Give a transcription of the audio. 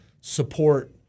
support